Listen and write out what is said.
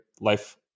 life